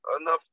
enough